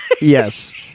Yes